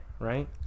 Right